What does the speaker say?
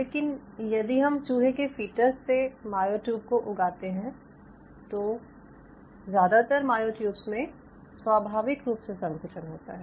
लेकिन यदि हम चूहे के फ़ीटस से मायोट्यूब्स को उगाते हैं तो ज़्यादातर मायोट्यूब्स में स्वाभाविक रूप से संकुचन होता है